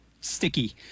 sticky